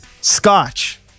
Scotch